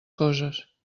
coses